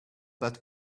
but